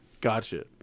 Gotcha